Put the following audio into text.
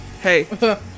hey